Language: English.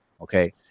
okay